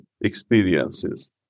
experiences